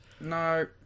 No